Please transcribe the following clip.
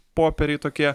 popieriai tokie